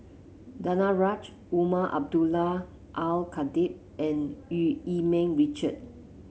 Danaraj Umar Abdullah Al Khatib and Eu Yee Ming Richard